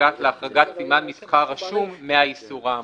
נוגעת להחרגת סימן מסחר רשום מהאיסור האמור.